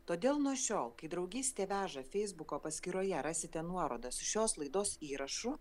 todėl nuo šiol kai draugystė veža feisbuko paskyroje rasite nuorodą su šios laidos įrašu